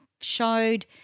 showed